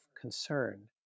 concern